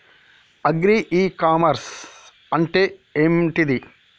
Agri e commerce అంటే ఏంటిది?